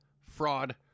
fraud